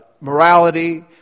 morality